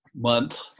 month